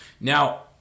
now